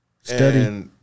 Study